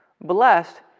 blessed